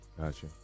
Gotcha